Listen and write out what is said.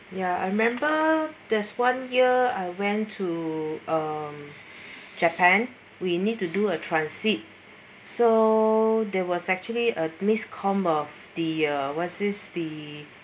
ya I remember there's one year I went to um japan we need to do a transit so there was actually a miscommunication of the uh what's this the